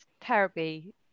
terribly